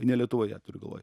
ne lietuvoje turiu galvoj